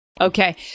Okay